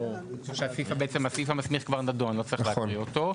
הסעיף המסמיך כבר נדון; לא צריך להקריא אותו.